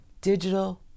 digital